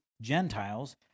Gentiles